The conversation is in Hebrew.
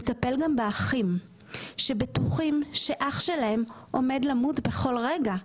מטפל גם באחים שבטוחים שאח שלהם עומד למות בכל רגע,